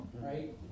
right